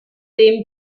dem